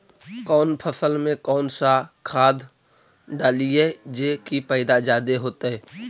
कौन फसल मे कौन सा खाध डलियय जे की पैदा जादे होतय?